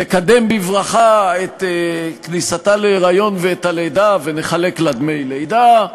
נקדם בברכה את כניסתה להיריון ואת הלידה ונחלק לה דמי לידה,